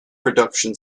production